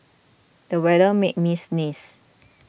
the weather made me sneeze